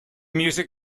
music